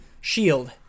shield